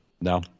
No